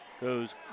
Goes